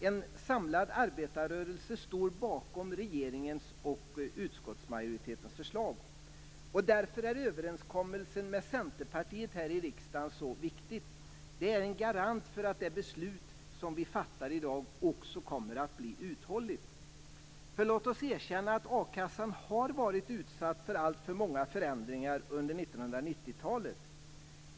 En samlad arbetarrörelse står bakom regeringens och utskottsmajoritetens förslag. Därför är överenskommelsen med Centerpartiet här i riksdagen så viktig. Den är en garant för att det beslut som vi fattar i dag kommer att bli uthålligt. Låt oss erkänna att a-kassan har varit utsatt för alltför många förändringar under 1990-talet.